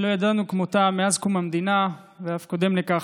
שלא ידענו כמותה מאז קום המדינה ואף קודם לכך,